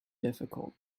difficult